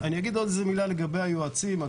אגיד עוד מילה לגבי היועצים.